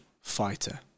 fighter